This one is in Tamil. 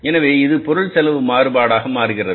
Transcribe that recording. எனவே இது பொருள் செலவு மாறுபாடாக மாறுகிறது